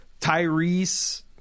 Tyrese